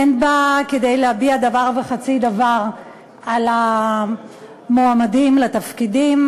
ואין בה כדי להביע דבר וחצי דבר על המועמדים לתפקידים.